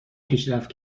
پیشرفت